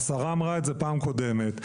השרה אמרה את זה פעם קודמת.